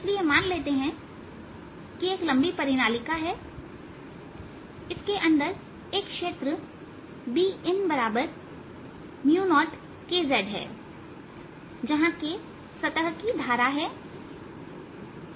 इसलिए मान लेते हैं कि एक लंबी परिनालिका है इसके अंदर एक क्षेत्र Binबराबर 0kz हैजहां k सतह की धारा है